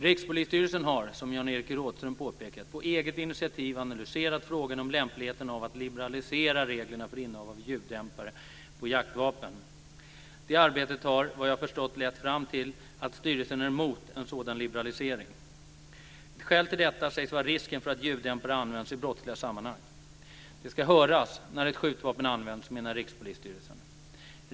Rikspolisstyrelsen har, som Jan-Evert Rådhström påpekat, på eget initiativ analyserat frågan om lämpligheten av att liberalisera reglerna för innehav av ljuddämpare på jaktvapen. Det arbetet har vad jag förstått lett fram till att styrelsen är emot en sådan liberalisering. Ett skäl till detta sägs vara risken för att ljuddämpare används i brottsliga sammanhang. Det ska höras när ett skjutvapen används, menar Rikspolisstyrelsen.